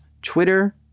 Twitter